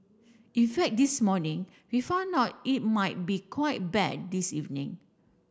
in fact this morning we found out it might be quite bad this evening